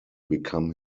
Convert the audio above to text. become